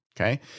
Okay